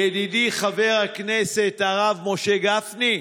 ידידי חבר הכנסת הרב משה גפני,